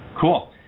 cool